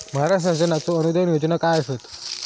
महाराष्ट्र शासनाचो अनुदान योजना काय आसत?